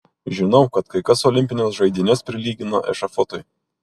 žinau kad kai kas olimpines žaidynes prilygina ešafotui